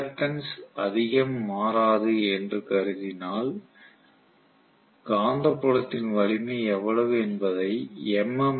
reluctance அதிகம் மாறாது என்று கருதினால் காந்தப்புலத்தின் வலிமை எவ்வளவு என்பதை எம்